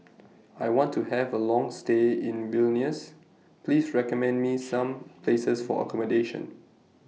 I want to Have A Long stay in Vilnius Please recommend Me Some Places For accommodation